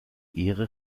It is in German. ihre